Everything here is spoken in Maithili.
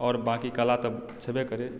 आओर बाँकी कला तऽ छेबे करय